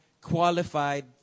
qualified